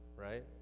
right